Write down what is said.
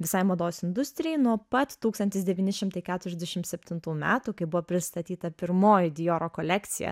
visai mados industrijai nuo pat tūkstantis devyni šimtai keturiasdešim septintų metų kai buvo pristatyta pirmoji dioro kolekcija